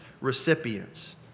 recipients